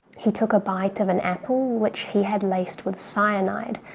he took a bite of an apple which he had laced with cyanide,